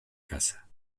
casa